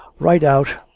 right out,